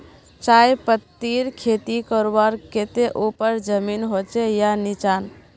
चाय पत्तीर खेती करवार केते ऊपर जमीन होचे या निचान?